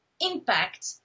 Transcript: impact